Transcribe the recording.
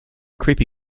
creepy